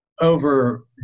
over